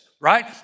right